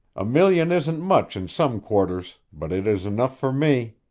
a million isn't much in some quarters, but it is enough for me.